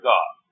God